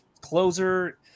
closer